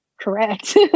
correct